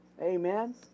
Amen